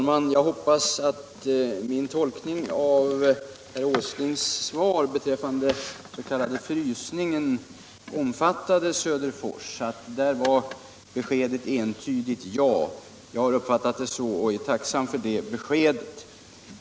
Herr talman! Jag tolkar herr Åslings svar på frågan, om den s.k. frysningen omfattade Söderfors, som ett entydigt ja, och jag är tacksam för det beskedet.